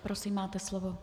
Prosím, máte slovo.